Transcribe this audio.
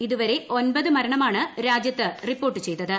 ഇതുവരെ ഒമ്പത് മരണമാണ് രാജ്യത്ത് റിപ്പോർട്ട് ചെയ്തത്